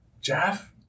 Jeff